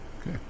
Okay